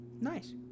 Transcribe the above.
nice